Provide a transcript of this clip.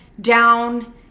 down